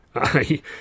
I